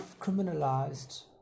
criminalized